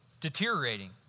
deteriorating